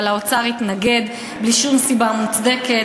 אבל משרד האוצר התנגד בלי שום סיבה מוצדקת.